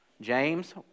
James